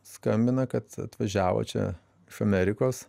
skambina kad atvažiavo čia iš amerikos